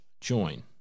join